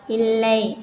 இல்லை